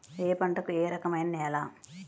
ఏ పంటకు ఏ రకమైన నేల?